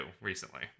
recently